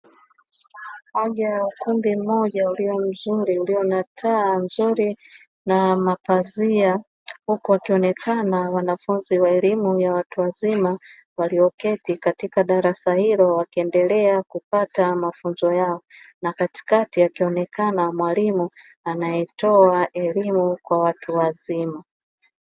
Moja ya ukumbi mmoja ulio mzuri ulio na taa nzuri na mapazia huku ukionekana wanafunzi wa elimu ya watu wazima, walioketi katika darasa hilo wakiendelea kupata mafunzo yao na katikati akionekana mwalimu anayetoa elimu kwa watu wazima.